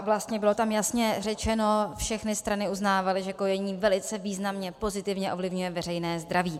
Vlastně bylo tam jasně řečeno, všechny strany uznávaly, že kojení velice významně pozitivně ovlivňuje veřejné zdraví.